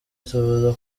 itubuza